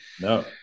No